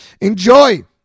Enjoy